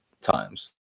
times